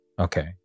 Okay